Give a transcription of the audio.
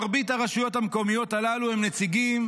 מרבית הרשויות המקומיות הללו הן נציגים